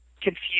confused